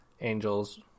angels